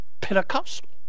Pentecostal